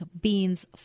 beans